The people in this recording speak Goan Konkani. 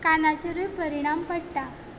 कानाचेरूय परिणाम पडटा